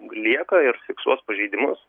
lieka ir fiksuos pažeidimus